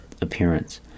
appearance